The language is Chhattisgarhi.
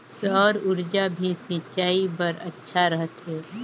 सौर ऊर्जा भी सिंचाई बर अच्छा रहथे?